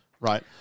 right